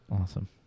Awesome